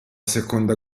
seconda